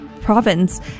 province